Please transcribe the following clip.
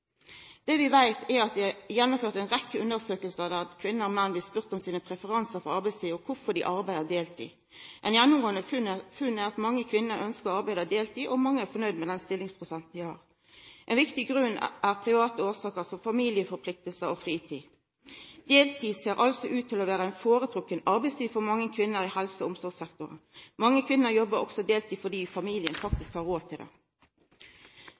Det vi veit, er at det er gjennomført ei rekkje undersøkingar der kvinner og menn blir spurde om sine preferansar for arbeidslivet og kvifor dei arbeider deltid. Eit gjennomgåande funn er at mange kvinner ynskjer å arbeida deltid, og mange er nøgde med den stillingsprosenten dei har. Ein viktig grunn til dette er private forhold, som familieplikter og fritid. Deltid ser altså ut til å vera ei føretrekt arbeidstid for mange kvinner i helse- og omsorgssektoren. Mange kvinner jobbar også deltid fordi familien faktisk har råd til det.